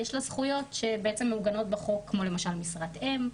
יש לה זכויות שבעצם מעוגנות בחוק כמו למשל משרת אם,